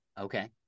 Okay